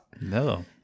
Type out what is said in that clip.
No